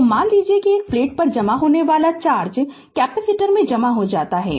तो मान लीजिए कि एक प्लेट पर जमा होने वाला चार्ज कैपेसिटर में जमा हो जाता है